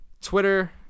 Twitter